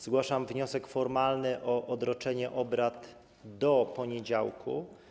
Zgłaszam wniosek formalny o odroczenie obrad do poniedziałku.